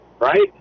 Right